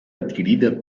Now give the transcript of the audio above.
adquirida